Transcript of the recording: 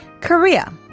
Korea